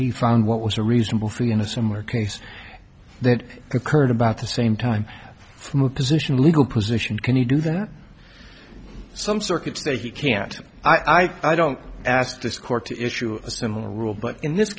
he found what was a reasonable fee in a similar case that occurred about the same time from a position legal position can you do that some circuits that he can't i don't ask this court to issue a similar rule but in this